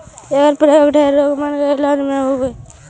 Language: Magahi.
एकर प्रयोग ढेर रोगबन के इलाज में होब हई